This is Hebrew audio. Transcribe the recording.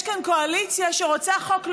יש כאן קואליציה שרוצה חוק לאום,